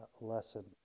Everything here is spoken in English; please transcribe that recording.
lesson